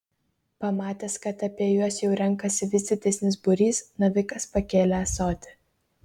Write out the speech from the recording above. pamatęs kad apie juos jau renkasi vis didesnis būrys navikas pakėlė ąsotį